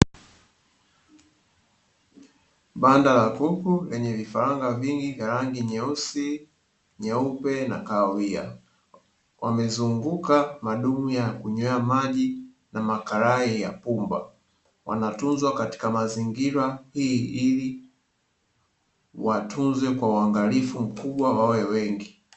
Banda la kuku lenye vifaranga vingi vya rangi nyeusi, nyeupe na kahawia, wamezunguka madumu ya kunywea maji na makarai ya pumba wanatunzwa katika mazingira, hii ili watunze kwa waangalifu mkubwa wawe wengi.